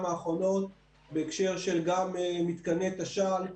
האחרונות בהקשר גם של מתקני תש"ל,